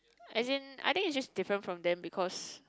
I think I think it's just different from them because